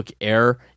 air